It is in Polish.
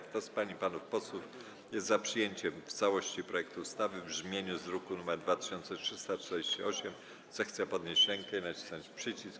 Kto z pań i panów posłów jest za przyjęciem w całości projektu ustawy w brzmieniu z druku nr 2348, zechce podnieść rękę i nacisnąć przycisk.